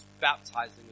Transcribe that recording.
baptizing